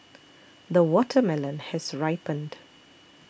the watermelon has ripened